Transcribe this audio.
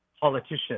politician